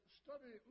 study